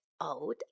old